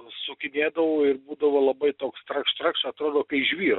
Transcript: sukinėdavau ir būdavo labai toks trakš trakš atrodo kai žvyro